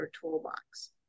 Toolbox